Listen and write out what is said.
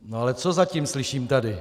No ale co zatím slyším tady?